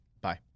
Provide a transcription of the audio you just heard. Bye